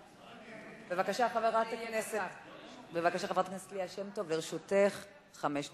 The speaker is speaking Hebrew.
בבקשה, חברת הכנסת ליה שמטוב, לרשותך חמש דקות.